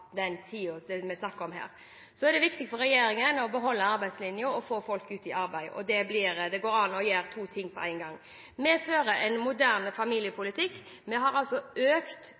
den tida vi her snakker om. Det er viktig for regjeringen å beholde arbeidslinjen og å få folk ut i arbeid. Det går an å gjøre to ting på en gang. Vi fører en moderne familiepolitikk. Vi har økt den valgfrie delen av foreldrepermisjonen. Vi har også økt